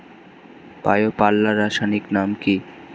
Bio পাল্লার রাসায়নিক নাম কি?